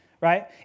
right